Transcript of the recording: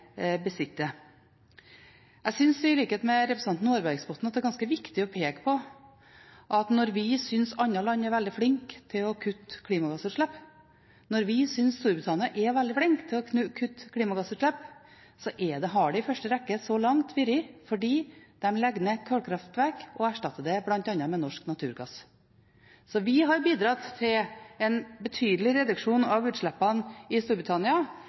besitter. Jeg synes, i likhet med representanten Aabergsbotten, at det er ganske viktig å peke på at når vi synes at andre land er veldig flinke til å kutte klimagassutslipp, når vi synes at Storbritannia er veldig flinke til å kutte klimagassutslipp, har det i første rekke så langt vært fordi de legger ned kullkraftverk og erstatter kull med bl.a. norsk naturgass. Så vi har bidratt til en betydelig reduksjon av utslippene i Storbritannia